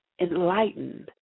enlightened